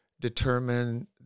determine